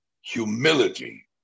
humility